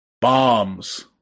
Bombs